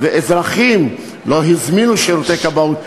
ואזרחים לא הזמינו שירותי כבאות.